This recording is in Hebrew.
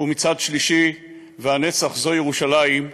ומצד שלישי: "והנצח זו ירושלים".